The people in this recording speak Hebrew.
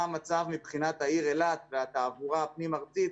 מה המצב מבחינת העיר אילת והתעבורה הפנים-ארצית,